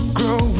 grow